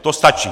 To stačí.